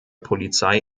polizei